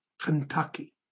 Kentucky